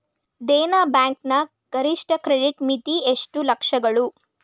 Dena bank ನ ಗರಿಷ್ಠ credit ಮಿತಿ ಎಷ್ಟು ಲಕ್ಷಗಳು?